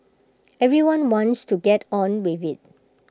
everyone wants to get on with IT